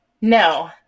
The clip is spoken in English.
no